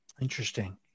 Interesting